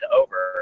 over